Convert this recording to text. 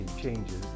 changes